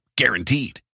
guaranteed